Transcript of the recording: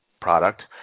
product